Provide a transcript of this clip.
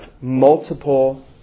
multiple